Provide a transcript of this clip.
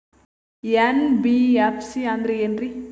NBFC ಅಂದ್ರ ಏನ್ರೀ?